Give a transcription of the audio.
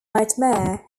nightmare